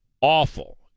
awful